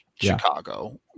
Chicago